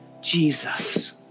Jesus